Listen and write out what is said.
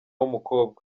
w’umukobwa